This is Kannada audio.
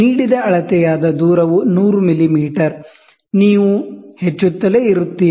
ನೀಡಿದ ಅಳತೆಯಾದ ದೂರವು 100 ಮಿಲಿಮೀಟರ್ ನೀವು ಹೆಚ್ಚುತ್ತಲೇ ಇರುತ್ತೀರಿ